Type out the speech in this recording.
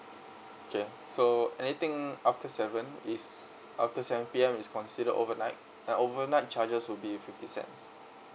okay so anything after seven is after seven P_M is considered overnight and overnight charges will be fifty cents